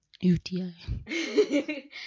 UTI